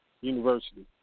university